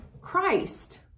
Christ